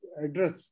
address